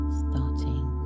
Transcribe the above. starting